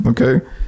Okay